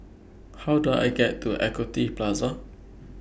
How Do I get to Equity Plaza